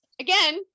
again